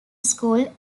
school